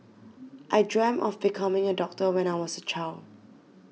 I dreamt of becoming a doctor when I was a child